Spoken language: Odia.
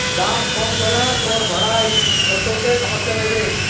ଦାମ କମ୍ କଲେ ତମର ଭଡ଼ା ଏଇ ଅଟୋକେ ସମସ୍ତେ ନେବେ